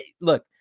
Look